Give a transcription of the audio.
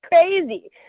crazy